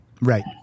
Right